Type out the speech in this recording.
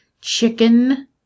chicken